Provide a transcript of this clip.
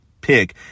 pick